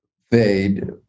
fade